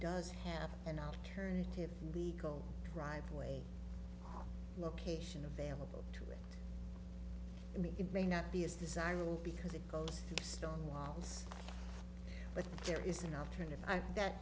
does have an alternative legal driveway location available to me it may not be as desirable because it goes to the stone walls but there is an alternative that